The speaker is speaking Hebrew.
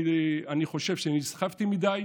אני חושב שנסחפתי מדיי,